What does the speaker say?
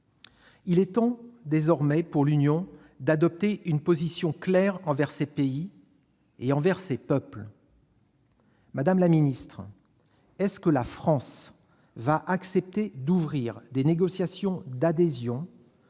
Il est temps désormais pour l'Union d'adopter une position claire envers ces pays et envers ces peuples. Madame la secrétaire d'État, la France va-t-elle accepter d'ouvrir des négociations d'adhésion